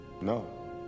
No